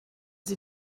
sie